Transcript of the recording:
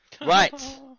Right